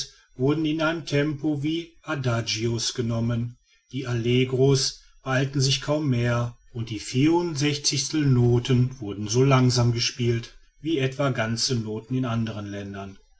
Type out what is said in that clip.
wurden in einem tempo wie adagios genommen die allegros beeilten sich kaum mehr und die vierundsechzigstel noten wurden so langsam gespielt wie etwa ganze noten in andern ländern